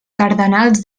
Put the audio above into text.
cardenals